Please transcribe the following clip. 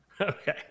Okay